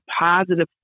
positive